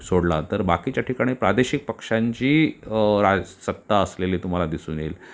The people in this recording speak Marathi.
सोडला तर बाकीच्या ठिकाणी प्रादेशिक पक्षांची राज सत्ता असलेली तुम्हाला दिसून येईल